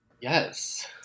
Yes